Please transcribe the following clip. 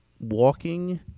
walking